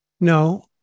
No